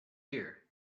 year